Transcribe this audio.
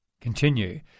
continue